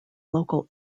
local